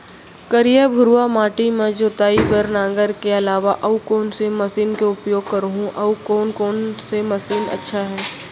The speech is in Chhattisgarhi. करिया, भुरवा माटी म जोताई बार नांगर के अलावा अऊ कोन से मशीन के उपयोग करहुं अऊ कोन कोन से मशीन अच्छा है?